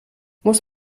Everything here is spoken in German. muss